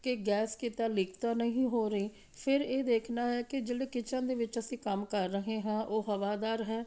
ਕਿ ਗੈਸ ਕਿਤੋਂ ਲੀਕ ਤਾਂ ਨਹੀਂ ਹੋ ਰਹੀ ਫਿਰ ਇਹ ਦੇਖਣਾ ਹੈ ਕਿ ਜਿਹੜੇ ਕਿਚਨ ਦੇ ਵਿੱਚ ਅਸੀਂ ਕੰਮ ਕਰ ਰਹੇ ਹਾਂ ਉਹ ਹਵਾਦਾਰ ਹੈ